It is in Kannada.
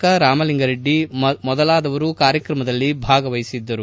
ಜಾರ್ಜ್ ಶಾಸಕ ರಾಮಲಿಂಗಾ ರೆಡ್ಡಿ ಮೊದಲಾದವರು ಕಾರ್ಯಕ್ರಮದಲ್ಲಿ ಭಾಗವಹಿಸಿದ್ದರು